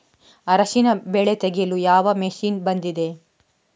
ಅರಿಶಿನ ಬೆಳೆ ತೆಗೆಯಲು ಯಾವ ಮಷೀನ್ ಬಂದಿದೆ?